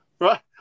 right